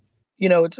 you know,